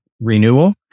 renewal